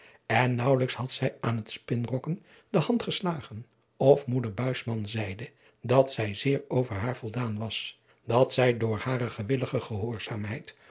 en naauwelijks had zij aan het spinrokken de hand geslagen of moeder buisman zeide dat zij zeer over haar voldaan was dat zij door hare gewillige gehoorzaamheid